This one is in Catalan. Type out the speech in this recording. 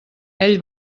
ell